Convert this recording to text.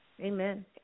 Amen